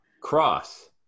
Cross